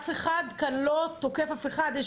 אף אחד כאן לא תוקף אף אחד.